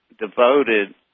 devoted